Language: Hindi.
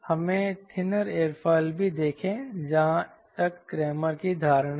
हमें थिनर एयरोफिल भी देखें जहां तक रेमर की धारणा है